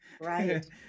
Right